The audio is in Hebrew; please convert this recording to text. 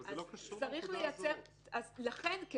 לכן,